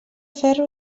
ferro